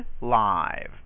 live